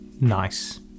Nice